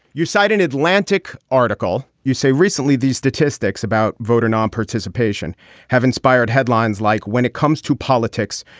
you cite an atlantic article you say recently these statistics about voter non participation have inspired headlines like when it comes to politics.